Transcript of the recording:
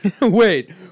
Wait